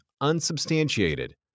unsubstantiated